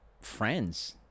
friends